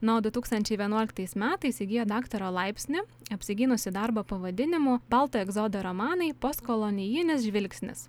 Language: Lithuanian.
na o du tūkstančiai vienuoliktais metais įgijo daktaro laipsnį apsigynusi darbą pavadinimu baltų egzodo romanai postkolonijinis žvilgsnis